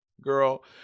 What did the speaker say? Girl